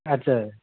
আচ্ছা